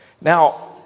Now